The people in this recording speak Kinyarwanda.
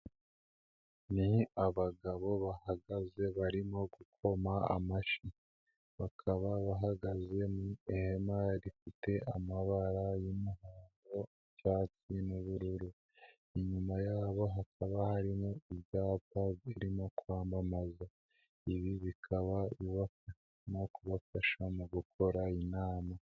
Ni abagabo bahagaze barimo gukoma amashyi, bakaba bahagaze mu ihema rifite amabara y'umuhodo, icyatsi n'ubururu, inyuma yabo hakaba harimo ibyapa birimo kwamamaza, ibi bikaba ibafashamo, kubafasha mu gukora inama.